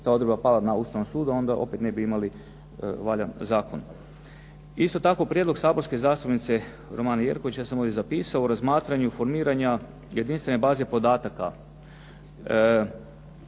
ta odredba, pala na Ustavnom sudu, a onda opet ne bi imali valjan zakon. Isto tako prijedlog saborske zastupnice Romane Jerković, ja sam ovdje zapisao, o razmatranju formiranja jedinstvene baze podataka